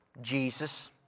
Jesus